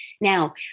Now